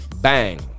bang